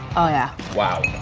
oh yeah. wow!